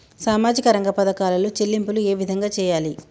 సామాజిక రంగ పథకాలలో చెల్లింపులు ఏ విధంగా చేయాలి?